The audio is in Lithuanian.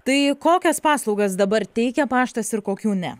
tai kokias paslaugas dabar teikia paštas ir kokių ne